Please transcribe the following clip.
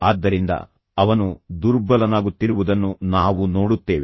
ಆದ್ದರಿಂದ ಅವನು ದುರ್ಬಲನಾಗುತ್ತಿರುವುದನ್ನು ನಾವು ನೋಡುತ್ತೇವೆ